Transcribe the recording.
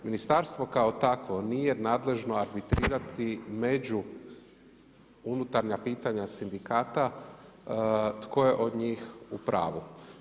Ministarstvo kao takvo nije nadležno arbitrirati među unutarnja pitanja sindikata tko je od njih u pravu.